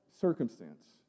circumstance